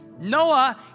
Noah